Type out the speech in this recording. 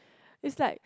it's like